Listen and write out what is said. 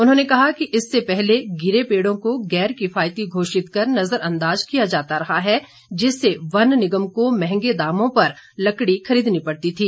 उन्होंने कहा कि इससे पहले गिरे पेड़ों को गैर किफायती घोषित कर नजर अंदाज किया जाता रहा है जिससे वन निगम को महंगे दामों पर लकड़ी खरीदनी पड़ती थी